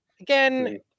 again